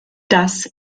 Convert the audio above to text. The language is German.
das